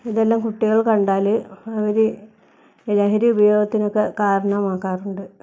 ഇതെല്ലാം കുട്ടികൾ കണ്ടാൽ അവർ ലഹരി ഉപയോഗത്തിനൊക്കെ കാരണമാകാറുണ്ട്